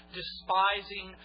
despising